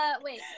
wait